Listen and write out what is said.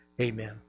Amen